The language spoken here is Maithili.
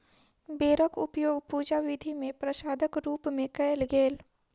बेरक उपयोग पूजा विधि मे प्रसादक रूप मे कयल गेल